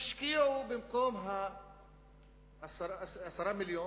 תשקיעו במקום 10 מיליונים,